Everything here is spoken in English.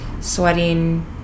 Sweating